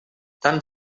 tant